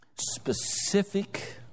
Specific